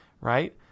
right